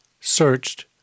searched